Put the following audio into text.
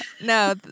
no